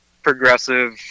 progressive